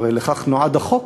והרי לכך נועד החוק,